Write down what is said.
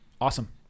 awesome